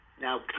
Now